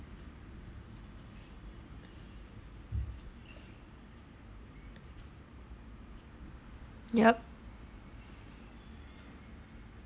yup